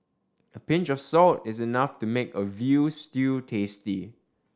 a pinch of salt is enough to make a veal stew tasty